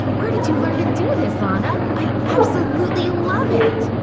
where did you learn to do this, lana? i absolutely love it!